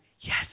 Yes